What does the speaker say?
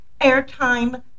airtime